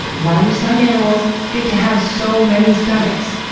why do some animals get to have so many stomachs?